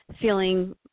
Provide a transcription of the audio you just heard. feeling